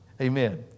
Amen